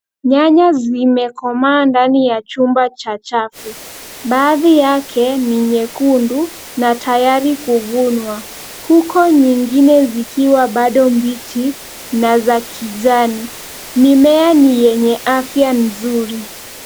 Nyanya zimekomaa ndani ya chumba cha chafu, baadhi yake ni nyekundu na tayari kuvunwa, huko nyingine zikiwa bado mbichi na za kijani. Mimea ni yenye afya nzuri.